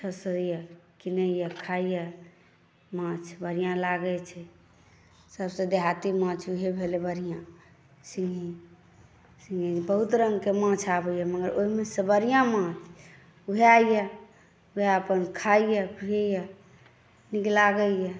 छओ सओ अइ किनैए खाइए माछ बढ़िआँ लागै छै सबसँ देहाती माछ वएह भेलै बढ़िआँ सिङ्गही सिङ्गही बहुत रङ्गकेँ माछ आबैए मगर ओहिमेसँ तऽ बढ़िआँ माछ वएह अइ वएह अपन खाइए पिबैए नीक लागैए